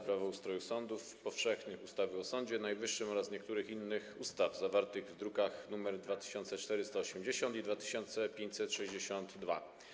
Prawo o ustroju sądów powszechnych, ustawie o Sądzie Najwyższym oraz niektórych innych ustaw zawartych w drukach nr 2480 i 2562.